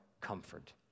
comfort